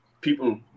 People